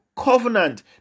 covenant